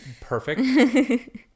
Perfect